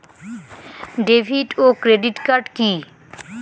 David ও credit card কি?